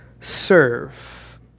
serve